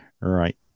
Right